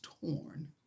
torn